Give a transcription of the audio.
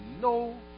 no